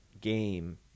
game